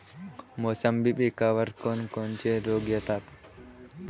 मोसंबी पिकावर कोन कोनचे रोग येतात?